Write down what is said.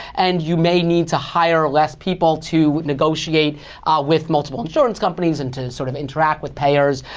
and you may need to hire less people to negotiate with multiple insurance companies, and to sort of interact with payers.